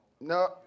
No